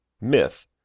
Myth